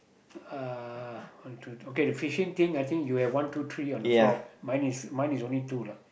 uh one two okay the fishing thing I think you have one two three on the floor mine is mine is only two lah